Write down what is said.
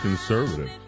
Conservative